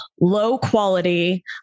low-quality